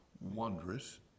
wondrous